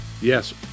Yes